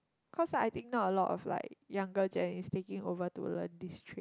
cause I think not a lot of like younger gen is taking over to learn this trade